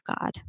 God